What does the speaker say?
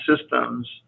systems